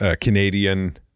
Canadian